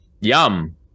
yum